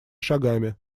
шагами